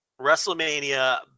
wrestlemania